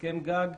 הסכם גג,